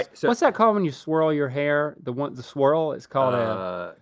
so what's that called when you swirl your hair? the one the swirl, it's called a?